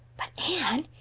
but, anne,